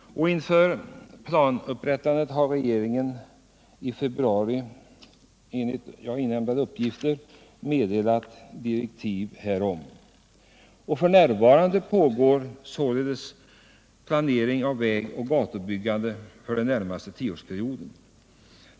Inför planupprättandet har regeringen i februari i år meddelat direktiv. F. n. pågår således planering av vägoch gatubyggandet för den närmaste tioårsperioden.